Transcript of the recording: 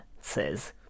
says